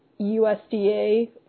USDA